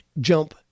jump